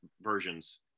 versions